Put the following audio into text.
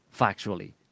factually